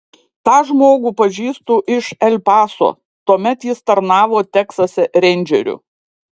tą žmogų pažįstu iš el paso tuomet jis tarnavo teksase reindžeriu